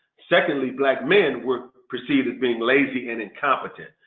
secondly, black men were perceived as being lazy and incompetent.